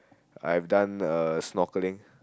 I've done uh snorkeling